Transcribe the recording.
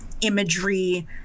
imagery